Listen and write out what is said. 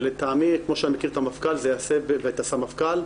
ולטעמי כמו שאני מכיר את המפכ"ל ואת הסמפכ"ל,